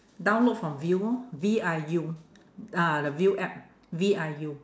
download from viu lor V I U ah the viu app V I U